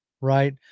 Right